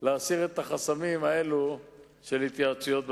להסיר את החסמים האלו של התייעצויות בוועדה.